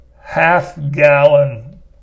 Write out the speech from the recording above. half-gallon